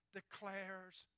declares